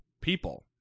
people